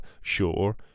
Sure